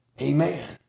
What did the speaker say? Amen